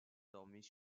dormaient